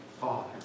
Father